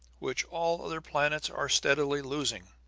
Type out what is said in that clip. which all other planets are steadily losing.